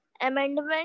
Amendment